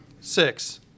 Six